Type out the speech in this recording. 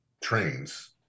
trains